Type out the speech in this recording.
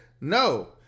no